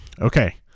Okay